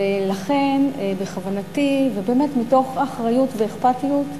ולכן בכוונתי, ובאמת מתוך אחריות ואכפתיות,